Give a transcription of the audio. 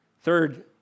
Third